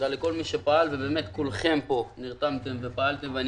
תודה לכל מי שפעל ובאמת כולכם פה נרתמתם ופעלתם ואני